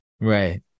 Right